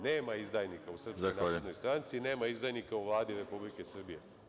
Nema izdajnika u SNS, nema izdajnika u Vladi Republike Srbije.